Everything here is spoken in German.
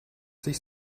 sich